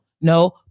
no